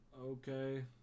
Okay